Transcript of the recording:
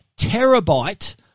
terabyte